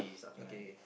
okay